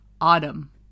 Autumn